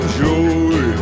joy